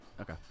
Okay